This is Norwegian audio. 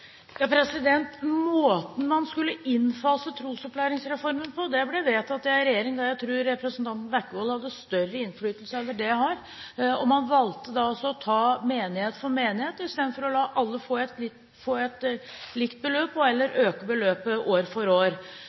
Måten man skulle innfase trosopplæringsreformen på, ble vedtatt i en regjering der jeg tror representanten Bekkevold hadde større innflytelse over det enn det jeg har. Man valgte å ta menighet for menighet istedenfor å la alle få et likt beløp og/eller øke beløpet år for år.